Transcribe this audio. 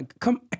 Come